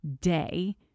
day